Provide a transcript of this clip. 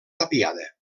tapiada